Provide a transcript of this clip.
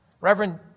Reverend